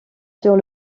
sur